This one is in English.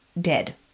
dead